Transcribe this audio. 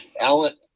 Alan